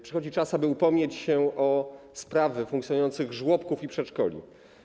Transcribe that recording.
Przychodzi czas, aby upomnieć się o sprawy funkcjonujących żłobków i przedszkoli.